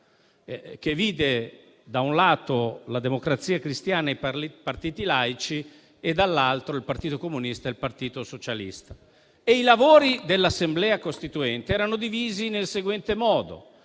che vide da un lato la Democrazia Cristiana e i partiti laici e dall'altro il Partito Comunista e il Partito Socialista. I lavori dell'Assemblea costituente erano divisi nel seguente modo.